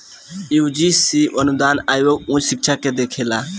UGC अनुदान आयोग उच्च शिक्षा के देखेला